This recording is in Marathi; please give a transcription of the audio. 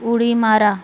उडी मारा